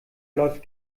läuft